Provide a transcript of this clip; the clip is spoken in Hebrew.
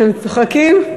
אתם צוחקים?